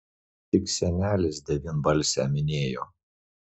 tik senelis devynbalsę minėjo